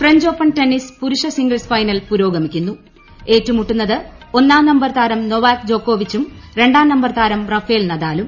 French Open tennis പുരുഷ singles final പുരോഗമിക്കുന്നു ഏറ്റുമുട്ടുന്നത് ഒന്നാം നമ്പർ താരം നൊവാക് ജോക്കോവിച്ചും രണ്ടാം നമ്പർ താരം റാഫേൽ നദാലും